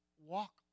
walk